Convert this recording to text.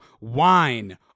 wine